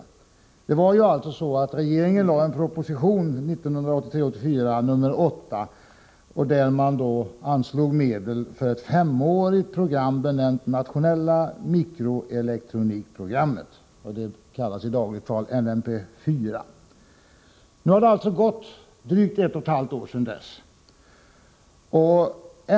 Regeringen anslog alltså i proposition 1983/84:8 medel till ett femårigt program, benämnt det nationella mikroelektronikprogrammet. Det kallas i dagligt tal NMP-4. Det har alltså gått drygt ett och ett halvt år sedan dess.